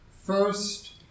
First